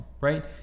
right